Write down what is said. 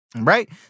right